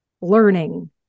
learning